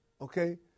okay